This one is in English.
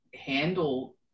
handle